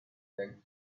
eggs